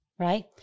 Right